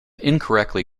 incorrectly